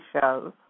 shows